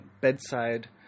bedside